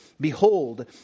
behold